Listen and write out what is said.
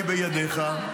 -- בידיך,